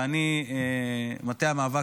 ומטה המאבק,